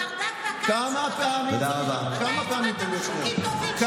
את הברדק והכעס, תודה רבה.